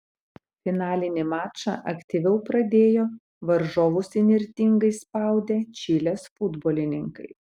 finalinį mačą aktyviau pradėjo varžovus įnirtingai spaudę čilės futbolininkai